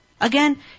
Again